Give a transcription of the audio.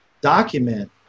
document